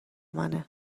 منه